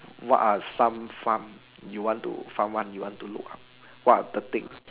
what are some fun you want to fun one you want to look up what are the thing